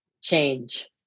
change